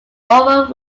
over